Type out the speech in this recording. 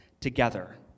together